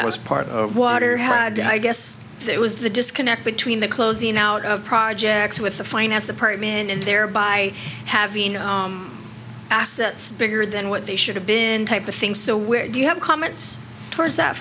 i was part of water had i guess it was the disconnect between the closing out of projects with the finance department and thereby having assets bigger than what they should have been type of thing so where do you have comments towards that